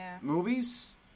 Movies